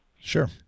Sure